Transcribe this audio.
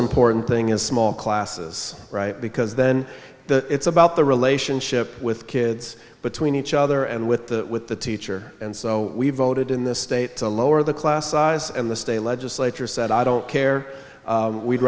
important thing is small classes right because then it's about the relationship with kids between each other and with the teacher and so we voted in this state to lower the class size and the state legislature said i don't care we'd